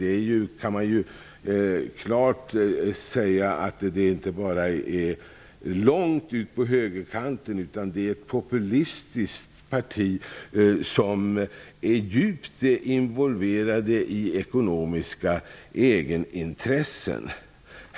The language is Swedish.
Man kan klart säga att det inte bara är ett parti långt ut på högerkanten, utan det är ett populistiskt parti som är djupt involverat i ekonomiska egenintressen.